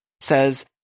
says